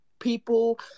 people